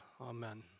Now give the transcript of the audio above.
Amen